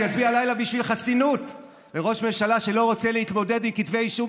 שיצביע הלילה בשביל חסינות לראש ממשלה שלא רוצה להתמודד עם כתבי אישום,